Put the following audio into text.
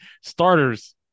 Starters